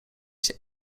się